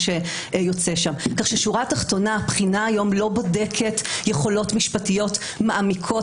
כך שבשורה התחתונה הבחינה היום לא בודקת יכולות משפטיות מעמיקות,